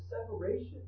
separation